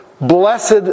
blessed